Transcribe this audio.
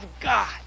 God